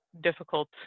difficult